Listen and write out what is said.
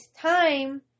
time